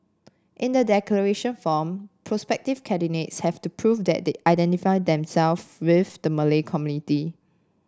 in the declaration form prospective candidates have to prove that they identify them self with the Malay community